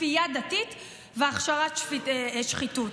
כפייה דתית והכשרת שחיתות.